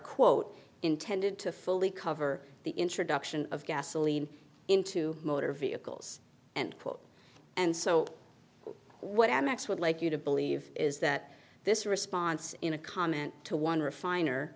quote intended to fully cover the introduction of gasoline into motor vehicles and put and so what am ex would like you to believe is that this response in a comment to one refiner